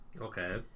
Okay